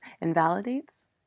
invalidates